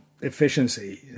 efficiency